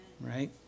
right